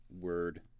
word